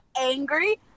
angry